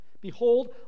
Behold